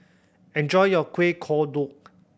enjoy your Kueh Kodok